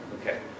Okay